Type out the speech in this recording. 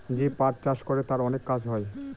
যে পাট চাষ করে তার অনেক কাজ হয়